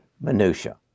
minutiae